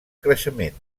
creixement